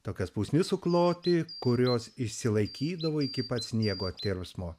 tokias pusnis sukloti kurios išsilaikydavo iki pat sniego tėrusmo